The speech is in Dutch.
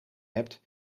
hebt